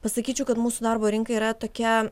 pasakyčiau kad mūsų darbo rinka yra tokia